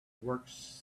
works